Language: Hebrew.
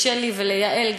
לשלי וליעל,